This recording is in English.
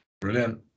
Brilliant